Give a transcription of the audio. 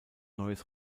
neues